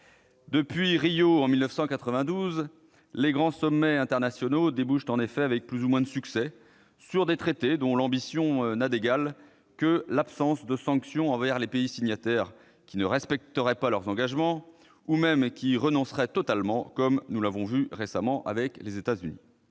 Depuis Rio, en 1992, les grands sommets internationaux débouchent avec plus ou moins de succès sur des traités dont l'ambition n'a d'égale que l'absence de sanction envers les pays signataires qui ne respecteraient pas leurs engagements, ou même qui y renonceraient totalement, comme nous l'avons vu récemment avec les États-Unis.